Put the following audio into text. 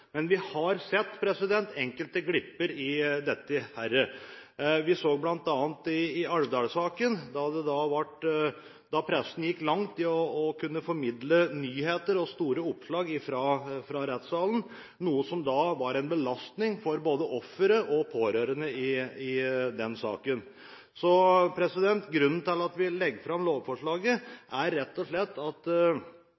Men vi har sett enkelte glipper i dette. Vi så det bl.a. i Alvdal-saken, der pressen gikk langt i å formidle nyheter og store oppslag fra rettssalen, noe som var en belastning for både ofre og pårørende i den saken. Grunnen til at vi legger fram dette lovforslaget,